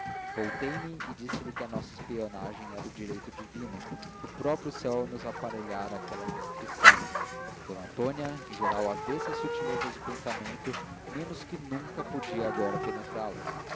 sacristia voltei-me e disse-lhe que a nossa espionagem era de direito divino que o próprio céu nos aparelhara aquela indiscrição d antônia em geral avessa às subtilezas do pensamento menos que nunca podia agora